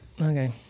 okay